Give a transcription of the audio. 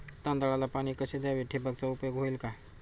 तांदळाला पाणी कसे द्यावे? ठिबकचा उपयोग होईल का?